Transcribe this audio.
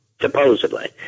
supposedly